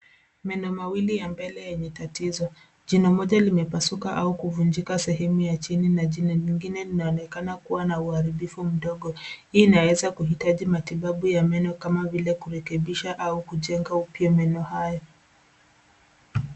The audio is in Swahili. Meno mawili ya mbele yenye tatizo. Jino moja limepasuka au kuvunjika sehemu ya chini na jino lingine linaonekana kuwa na uharibifu mdogo. Hii inaweza kuhitaji matibabu ya meno kama vile kurekebisha au kujenga upya meno haya.